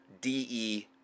D-E